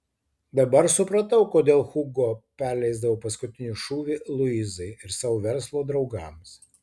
dabar supratau kodėl hugo perleisdavo paskutinį šūvį luizai ir savo verslo draugams